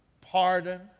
pardon